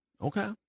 Okay